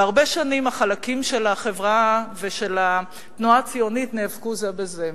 והרבה שנים החלקים של החברה ושל התנועה הציונית נאבקו זה בזה.